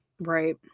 Right